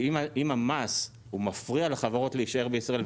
אם המס מפריע לחברות להישאר בישראל,